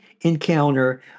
Encounter